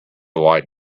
light